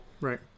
Right